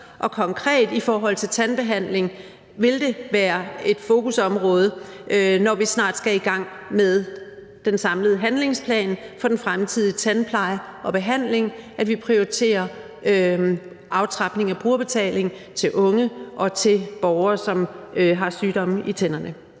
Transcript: og konkret i forhold til tandbehandling vil det være et fokusområde, når vi snart skal i gang med den samlede handlingsplan for den fremtidige tandpleje og -behandling, at vi prioriterer aftrapning af brugerbetaling til unge og til borgere, som har sygdomme i tænderne.